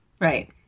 Right